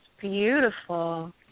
beautiful